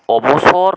অবসর